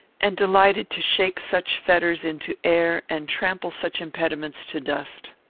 and delighted to shake such fetters into air and trample such impediments to dust.